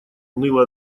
уныло